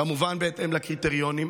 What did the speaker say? כמובן בהתאם לקריטריונים,